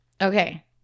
Okay